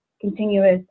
continuous